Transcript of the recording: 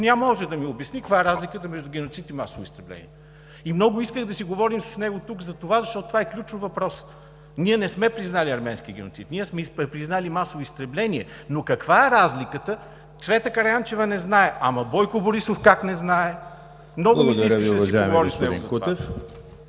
не може да ми обясни каква е разликата между геноцид и масово изтребление. Много исках да си говорим с него тук за това, защото е ключов въпрос. Ние не сме признали арменския геноцид. Ние сме признали масово изтребление, но каква е разликата? Цвета Караянчева не знае. Ама Бойко Борисов как не знае?! Много ми се искаше да си поговорим с него за това.